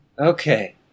Okay